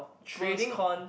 pros con